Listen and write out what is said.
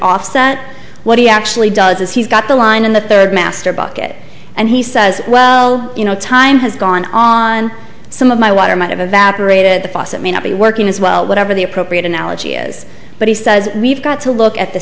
offset what he actually does is he's got the line in the third master bucket and he says well you know time has gone on some of my water might have evaporated the faucet may not be working as well whatever the appropriate analogy is but he says we've got to look at the